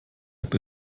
app